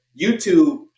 YouTube